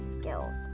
skills